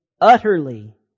utterly